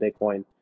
Bitcoin